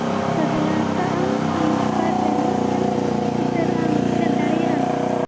ᱥᱟᱫᱷᱟᱨᱚᱱᱛᱚ ᱟᱢ ᱟᱢᱟᱜ ᱠᱟᱨᱰ ᱨᱮ ᱢᱤᱫᱴᱟᱹᱝ ᱪᱤᱛᱟᱹᱨ ᱮᱢ ᱥᱮᱞᱮᱫ ᱫᱟᱲᱮᱭᱟᱜᱼᱟ